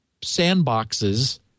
sandboxes